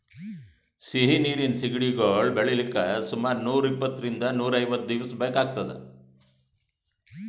ಸಿಹಿ ನೀರಿನ್ ಸಿಗಡಿಗೊಳ್ ಬೆಳಿಲಿಕ್ಕ್ ಸುಮಾರ್ ನೂರ್ ಇಪ್ಪಂತ್ತರಿಂದ್ ನೂರ್ ಐವತ್ತ್ ದಿವಸ್ ಬೇಕಾತದ್